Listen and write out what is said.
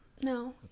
No